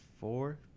four